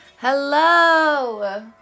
Hello